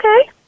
Okay